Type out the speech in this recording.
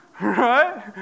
Right